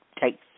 take